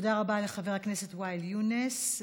תודה רבה לחבר הכנסת ואאל יונס.